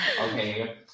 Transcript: Okay